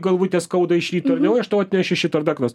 galvutę skauda iš ryto ar ne o aš tau atnešiu šito ar dar ko nors